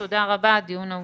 תודה רבה, הדיון נעול.